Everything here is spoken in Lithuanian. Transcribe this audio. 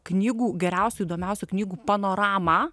knygų geriausių įdomiausių knygų panoramą